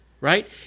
right